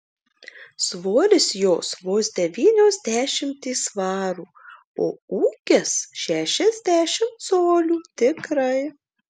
svoris jos vos devynios dešimtys svarų o ūgis šešiasdešimt colių tikrai